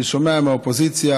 אני שומע מהאופוזיציה,